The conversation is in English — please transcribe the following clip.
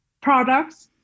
products